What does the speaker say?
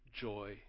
joy